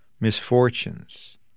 misfortunes